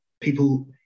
people